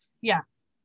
Yes